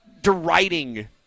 deriding